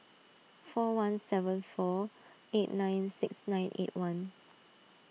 four one seven four eight nine six nine eight one